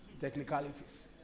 Technicalities